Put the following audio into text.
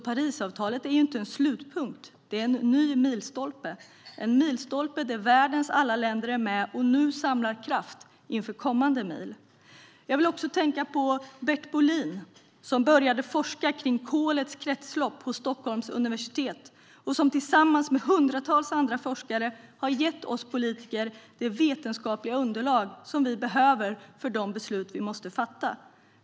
Parisavtalet är alltså inte en slutpunkt, utan det är en ny milstolpe vid vilken världens alla länder är med och nu samlar kraft inför kommande mil. Jag tänker även på Bert Bolin som på Stockholms universitet började forska om kolets kretslopp. Tillsammans med hundratals andra forskare har han gett oss politiker det vetenskapliga underlag som vi behöver för de beslut vi måste fatta.